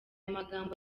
magambo